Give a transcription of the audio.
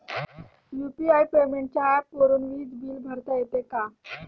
UPI पेमेंटच्या ऍपवरुन वीज बिल भरता येते का?